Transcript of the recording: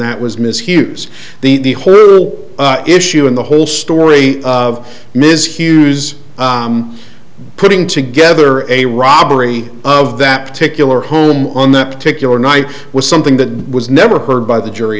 that was ms hughes the issue in the whole story of ms hughes putting together a robbery of that particular home on that particular night was something that was never heard by the jury